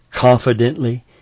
confidently